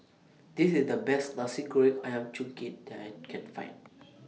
This IS The Best Nasi Goreng Ayam Kunyit that I Can Find